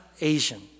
Asian